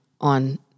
on